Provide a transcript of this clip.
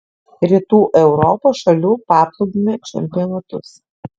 rytų europos šalių paplūdimio čempionatus